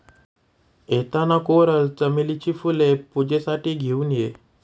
येताना कोरल चमेलीची फुले पूजेसाठी घेऊन ये